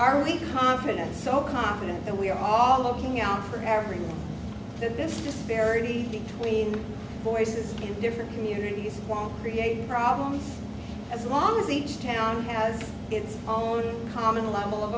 are really confident so confident that we're all looking out for everything that this disparity between voices in different communities won't create problems as long as each town has its own common level of